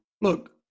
look